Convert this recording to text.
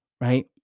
right